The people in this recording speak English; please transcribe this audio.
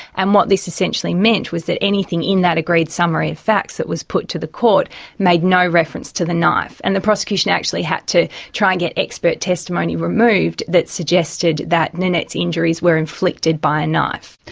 and what this essentially meant was that anything in that agreed summary of facts that was put to the court made no reference to the knife, and the prosecution actually had to try and get expert testimony removed that suggested that nanette's injuries were inflicted by a and knife.